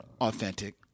authentic